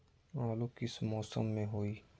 आलू किस मौसम में होई?